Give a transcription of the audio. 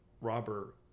robber